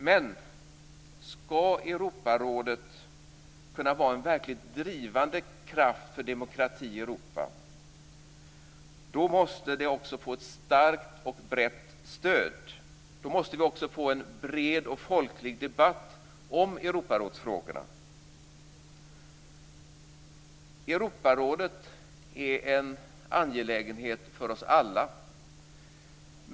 Men om Europarådet skall kunna vara en verkligt drivande kraft för demokrati i Europa måste det också få ett starkt och brett stöd. Då måste vi också få en bred och folklig debatt om Europarådsfrågorna. Europarådet är en angelägenhet för oss alla.